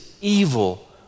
evil